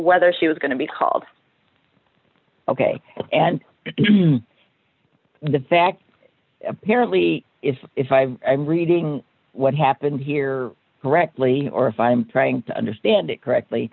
whether she was going to be called ok and the fact apparently is if i am reading what happened here correctly or if i'm trying to understand it correctly